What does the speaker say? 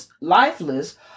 lifeless